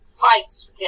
fights